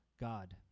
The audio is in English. God